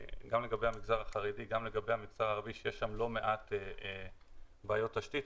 לגבי המגזר החרדי וגם לגבי המגזר הערבי שיש שם לא מעט בעיות תשתית.